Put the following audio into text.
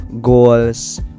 goals